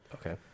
Okay